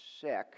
sick